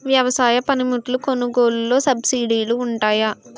వ్యవసాయ పనిముట్లు కొనుగోలు లొ సబ్సిడీ లు వుంటాయా?